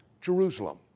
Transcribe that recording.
Jerusalem